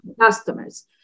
customers